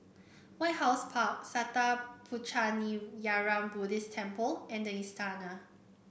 White House Park Sattha Puchaniyaram Buddhist Temple and the Istana